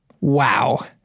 Wow